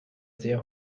sehr